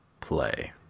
play